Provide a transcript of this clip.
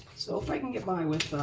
so if i can get by with ah.